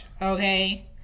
Okay